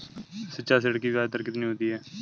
शिक्षा ऋण की ब्याज दर कितनी होती है?